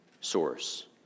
source